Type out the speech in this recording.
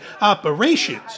operations